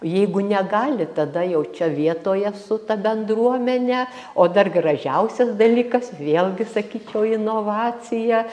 jeigu negali tada jau čia vietoje su ta bendruomene o dar gražiausias dalykas vėlgi sakyčiau inovacija